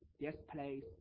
displays